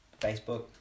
Facebook